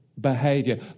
behavior